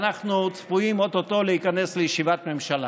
אנחנו צפויים או-טו-טו להיכנס לישיבת ממשלה,